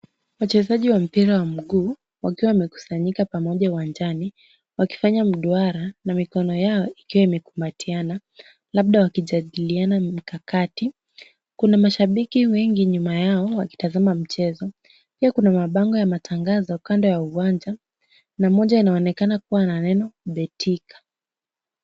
Wachezaji wa mpira wa mguu wakiwa wamekusanyika pamoja uwanjani, wakifanya mduara na mikono yao ikiwa imekumbatiana, labda wakijadiliana mikakati. Kuna mashabiki wengi nyuma yao wakitazama mchezo. Pia kuna mabango ya matangazo kando ya uwanja na moja inaonekana kuwa na neno Betika.